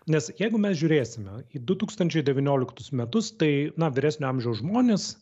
nes jeigu mes žiūrėsime įdu tūkstančiai devynioliktus metus tai na vyresnio amžiaus žmonės